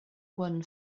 won